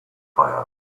fire